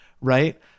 right